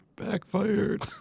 Backfired